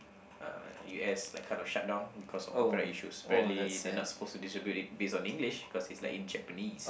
uh u_s like kind of shut down because of copyright issues apparently they not supposed to distribute it based on English cause it's like in Japanese